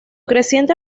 creciente